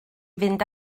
fynd